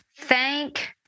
Thank